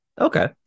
Okay